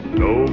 no